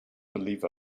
believe